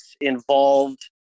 involved